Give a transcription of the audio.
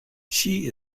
she